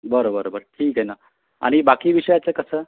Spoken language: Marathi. बरं बरं बरं ठीक आहे ना आणि बाकी विषयाचं कसं